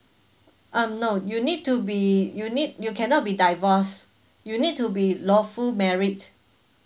um no you need to be you need you cannot be divorce you need to be lawful married